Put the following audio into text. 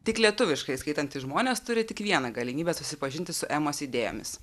tik lietuviškai skaitantys žmonės turi tik vieną galimybę susipažinti su emos idėjomis